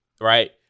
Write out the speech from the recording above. right